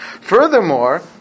furthermore